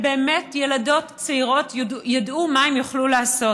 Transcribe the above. ובאמת ילדות צעירות ידעו מה הן יוכלו לעשות.